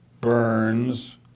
Burns